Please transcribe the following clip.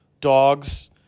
dogs